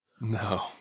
No